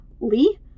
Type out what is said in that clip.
Lee